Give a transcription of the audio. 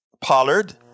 Pollard